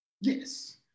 yes